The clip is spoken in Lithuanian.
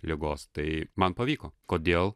ligos tai man pavyko kodėl